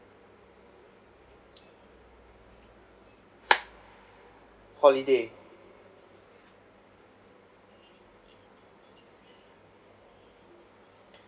holiday